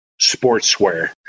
Sportswear